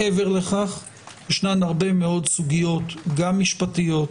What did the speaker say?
מעבר לכך, ישנן הרבה סוגיות, גם משפטיות,